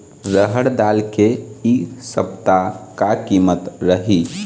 रहड़ दाल के इ सप्ता का कीमत रही?